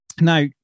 Now